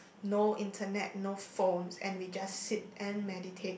no internet no phones and we just sit and meditate